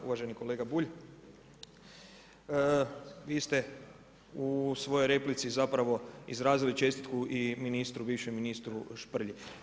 Uvaženi kolega Bulj, vi ste u svojoj replici zapravo izrazili čestitku i bivšem ministru Šprlji.